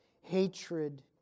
hatred